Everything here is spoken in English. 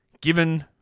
given